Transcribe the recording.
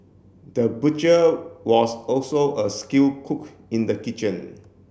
the butcher was also a skilled cook in the kitchen